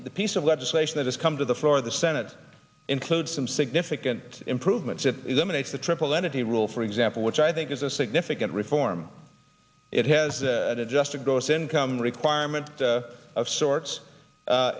the piece of legislation that has come to the floor of the senate includes some significant improvements it is emanates the triple entity rule for example which i think is a significant reform it has and adjusted gross income requirement